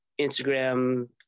Instagram